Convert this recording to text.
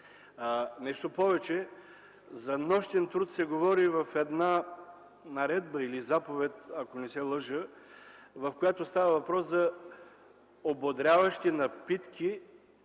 Нещо повече, за нощен труд се говори в една наредба или заповед, ако не се лъжа, в която става въпрос за ободряващи напитки,